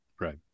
Right